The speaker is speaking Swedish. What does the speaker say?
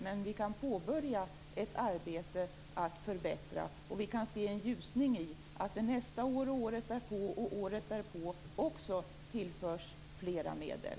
Men vi kan påbörja ett arbete med att förbättra, och vi kan se en ljusning i och med att det nästa år och året därpå och året därpå också tillförs mer medel.